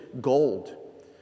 gold